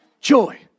joy